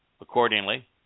Accordingly